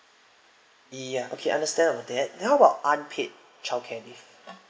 ya okay understand about that how about unpaid child care leave